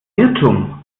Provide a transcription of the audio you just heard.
irrtum